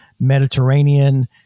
Mediterranean